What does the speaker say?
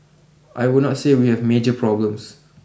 I would not say we have major problems